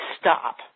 stop